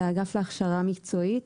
את האגף להכשרה מקצועית